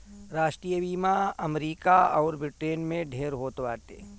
राष्ट्रीय बीमा अमरीका अउर ब्रिटेन में ढेर होत बाटे